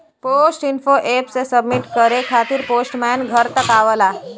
post info app से submit करे खातिर पोस्टमैन घर तक आवला